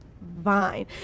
Vine